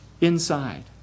inside